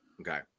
Okay